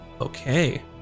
Okay